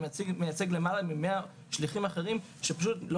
אני מייצג למעל מ-100 שליחים אחרים שלא